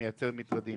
כמייצר מטרדים.